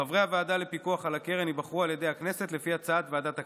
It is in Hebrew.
חברי הוועדה לפיקוח על הקרן ייבחרו על ידי הכנסת לפי הצעת ועדת הכנסת.